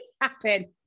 happen